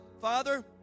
father